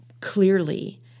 clearly